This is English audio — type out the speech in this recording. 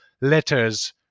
letters